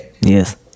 Yes